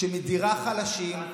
שמדירה חלשים,